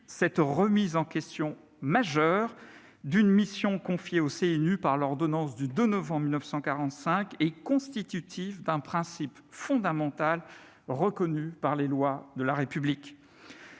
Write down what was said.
cette remise en question majeure d'une mission confiée au CNU par l'ordonnance du 2 novembre 1945 et constitutive d'un principe fondamental reconnu par les lois de la République.